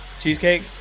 Cheesecake